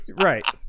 Right